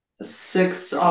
Six